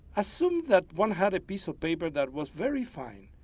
assume that one had a piece of paper that was very fine,